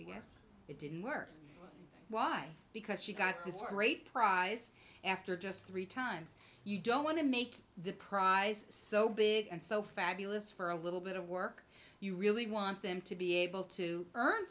d it didn't work why because she got the great prize after just three times you don't want to make the prize so big and so fabulous for a little bit of work you really want them to be able to earn